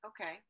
okay